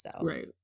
Right